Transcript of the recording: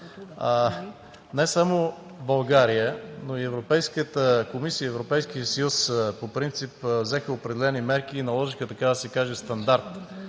Не само България, но Европейската комисия и Европейският съюз по принцип взеха определени мерки и наложиха, така да се каже, стандарт